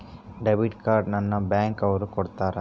debit card ನ bank ಅವ್ರು ಕೊಡ್ತಾರ